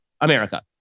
America